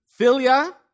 Philia